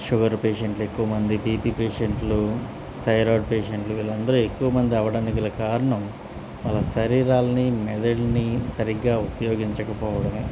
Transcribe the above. sugar పేషెంట్లు ఎక్కువ మంది బీపీ పేషెంట్లు థైరాయిడ్ పేషెంట్లు వీళ్ళందరూ ఎక్కువ మంది అవ్వడానికి గల కారణం వాళ్ళ శరీరాలని మెదడుని సరిగ్గా ఉపయోగించకపోవడం